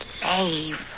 slave